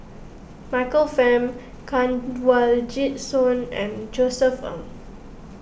Michael Fam Kanwaljit Soin and Josef Ng